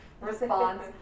response